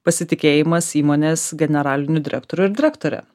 pasitikėjimas įmonės generaliniu direktoriu ar direktore